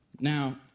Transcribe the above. Now